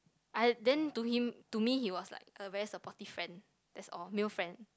I then to him to me he was like a very supportive friend that's all male friend